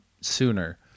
sooner